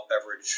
beverage